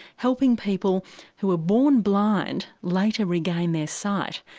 helping people who are born blind later regain their sight,